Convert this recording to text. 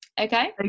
okay